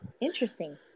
Interesting